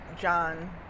john